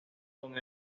con